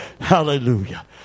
Hallelujah